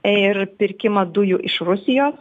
ir pirkimą dujų iš rusijos